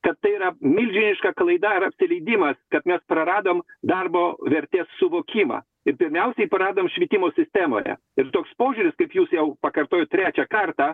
kad tai yra milžiniška klaida ir apsileidimas kad mes praradom darbo vertės suvokimą ir pirmiausiai praradom švietimo sistemoje ir toks požiūris kaip jūs jau pakartoju trečią kartą